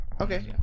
Okay